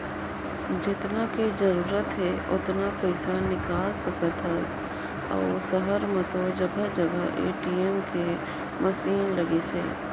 जेतना के जरूरत आहे ओतना पइसा निकाल सकथ अउ सहर में तो जघा जघा ए.टी.एम के मसीन लगिसे